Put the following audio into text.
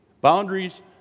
Boundaries